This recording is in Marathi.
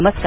नमस्कार